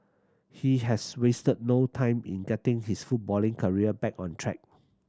he has wasted no time in getting his footballing career back on track